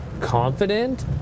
confident